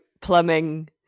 plumbing